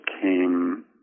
came